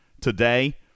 today